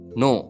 no